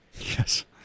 Yes